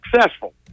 successful